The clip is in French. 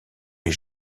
les